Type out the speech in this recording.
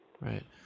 Right